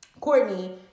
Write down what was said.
Courtney